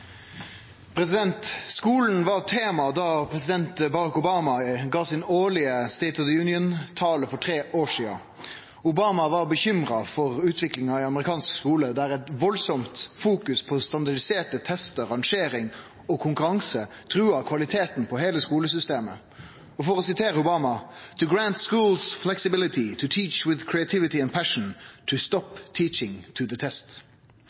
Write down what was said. president Barack Obama gav sin årlege State of the Union-tale for tre år sidan. Obama var bekymra for utviklinga i amerikansk skole, der ei enorm fokusering på standardiserte testar, rangering og konkurranse truga kvaliteten på heile skolesystemet. Og for å sitere Obama: «… grant schools flexibility: To teach with creativity and passion; to stop teaching to the test».